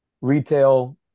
Retail